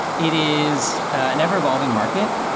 it is an ever evolving market.